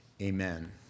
amen